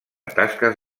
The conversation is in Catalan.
tasques